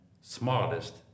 smartest